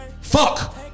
Fuck